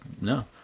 no